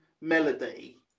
melody